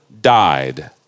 died